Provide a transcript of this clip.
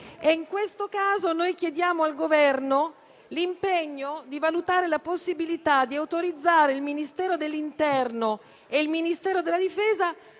In questo caso impegniamo il Governo a valutare la possibilità di autorizzare il Ministero dell'interno e il Ministero della difesa